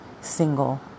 single